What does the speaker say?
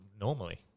normally